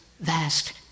vast